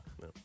No